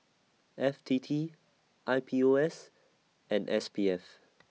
F T T I P O S and S P F